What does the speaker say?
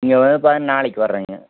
நீங்கள் வந்து பாருங்கள் நாளைக்கு வரேங்க